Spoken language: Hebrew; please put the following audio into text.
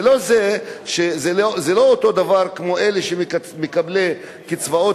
זה לא אותו הדבר כמו אלה שמקבלים קצבאות